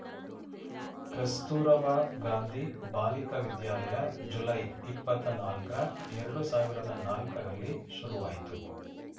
ಕಸ್ತೂರಬಾ ಗಾಂಧಿ ಬಾಲಿಕ ವಿದ್ಯಾಲಯ ಜುಲೈ, ಇಪ್ಪತನಲ್ಕ್ರ ಎರಡು ಸಾವಿರದ ನಾಲ್ಕರಲ್ಲಿ ಶುರುವಾಯ್ತು